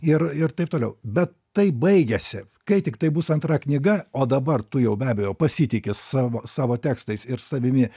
ir ir taip toliau bet tai baigiasi kai tiktai bus antra knyga o dabar tu jau be abejo pasitiki savo savo tekstais ir savimi